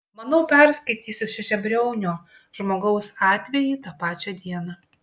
manau perskaitysiu šešiabriaunio žmogaus atvejį tą pačią dieną